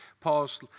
Paul's